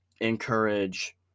encourage